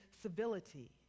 civility